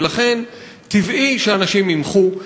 ולכן טבעי שאנשים ימחו,